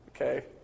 okay